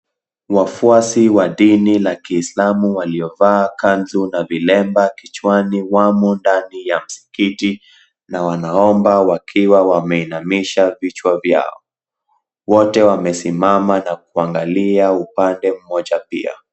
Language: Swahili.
Wafwasi wa dini la Kiislamu waliovaa kanzu na vilemba kichwani wamo ndani ya msikiti na wanaomba wakiwa wameinamisha vichwa vyao. Wote wamesimama na kuangalia upande mmoja pia.